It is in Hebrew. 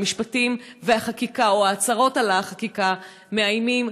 המשפטים והחקיקה או ההצהרות על החקיקה מאיימים,